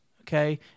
okay